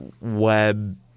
web